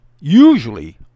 Usually